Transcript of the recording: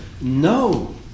No